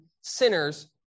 sinners